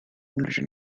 written